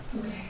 Okay